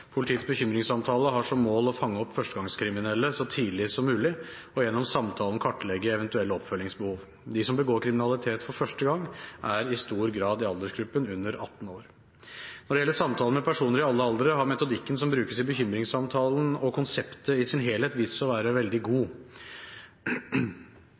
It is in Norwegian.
Politiets bekymringssamtaler har som mål å fange opp førstegangskriminelle så tidlig som mulig og gjennom samtalen kartlegge eventuelle oppfølgingsbehov. De som begår kriminalitet for første gang, er i stor grad i aldersgruppen under 18 år. Når det gjelder samtaler med personer i alle aldre, har metodikken som brukes i bekymringssamtalen og konseptet i sin helhet vist seg å være veldig god.